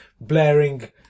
blaring